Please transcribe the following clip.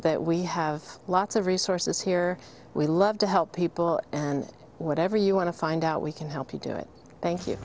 that we have lots of resources here we love to help people and whatever you want to find out we can help you do it thank you